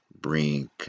bring